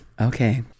Okay